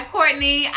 Courtney